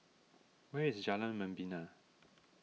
where is Jalan Membina